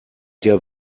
der